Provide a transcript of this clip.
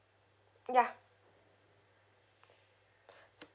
ya